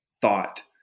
thought